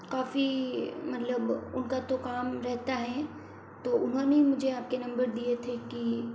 काफ़ी मतलब उनका तो काम रहता है तो उन्होंने ही मुझे आपके नंबर दिए थे की